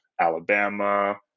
Alabama